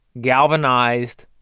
galvanized